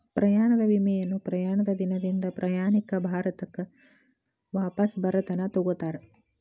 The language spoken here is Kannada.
ಪ್ರಯಾಣದ ವಿಮೆಯನ್ನ ಪ್ರಯಾಣದ ದಿನದಿಂದ ಪ್ರಯಾಣಿಕ ಭಾರತಕ್ಕ ವಾಪಸ್ ಬರತನ ತೊಗೋತಾರ